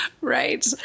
Right